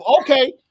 Okay